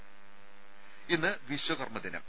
രും ഇന്ന് വിശ്വ കർമ്മ ദിനം